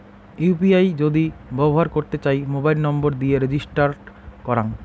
UPI যদি ব্যবহর করতে চাই, মোবাইল নম্বর দিয়ে রেজিস্টার করাং